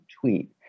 tweet